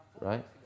right